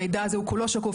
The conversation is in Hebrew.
המידע הזה הוא כולו שקוף.